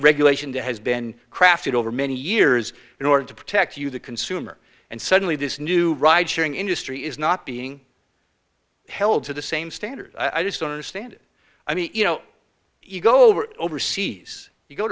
regulation to has been crafted over many years in order to protect you the consumer and suddenly this new ride sharing industry is not being held to the same standard i just don't understand it i mean you know you go over overseas you go